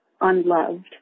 unloved